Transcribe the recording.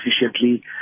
efficiently